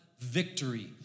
victory